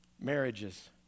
Marriages